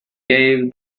gave